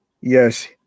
yes